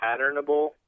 patternable